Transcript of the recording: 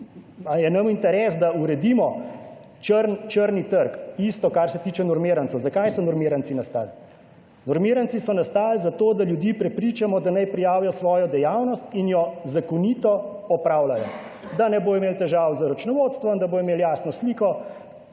je nam interes, da uredimo črni trg? Isto kar se tiče normirancev. Zakaj so normiranci nastali? Normiranci so nastali zato, da ljudi prepričamo, da naj prijavijo svojo dejavnost in jo zakonito opravljajo, da ne bo imel težav z računovodstvom, da bodo imeli jasno sliko.